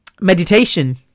Meditation